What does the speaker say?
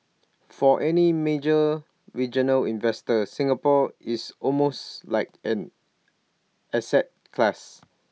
for any major regional investor Singapore is almost like an asset class